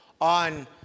on